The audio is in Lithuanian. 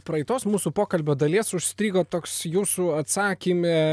praeitos mūsų pokalbio dalies užstrigo toks jūsų atsakyme